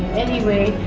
anyway,